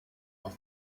auf